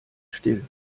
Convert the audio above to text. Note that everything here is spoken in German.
still